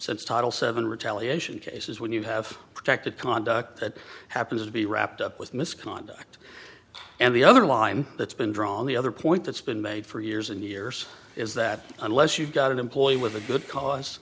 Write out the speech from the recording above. title seven retaliation cases when you have protected conduct that happens to be wrapped up with misconduct and the other line that's been drawn the other point that's been made for years and years is that unless you've got an employee with a good cause